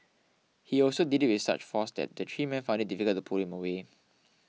he also did it with such force that the three men found it difficult to pull him away